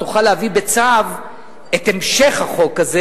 תוכל להביא בצו את המשך החוק הזה,